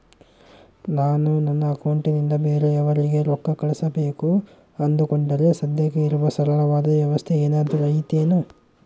ನಾನು ನನ್ನ ಅಕೌಂಟನಿಂದ ಬೇರೆಯವರಿಗೆ ರೊಕ್ಕ ಕಳುಸಬೇಕು ಅಂದುಕೊಂಡರೆ ಸದ್ಯಕ್ಕೆ ಇರುವ ಸರಳವಾದ ವ್ಯವಸ್ಥೆ ಏನಾದರೂ ಐತೇನು?